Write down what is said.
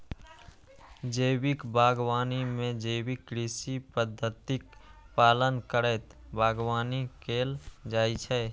जैविक बागवानी मे जैविक कृषि पद्धतिक पालन करैत बागवानी कैल जाइ छै